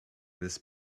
this